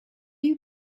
you